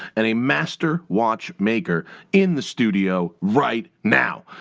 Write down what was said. and a master watchmaker, in the studio right now!